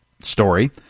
story